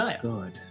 Good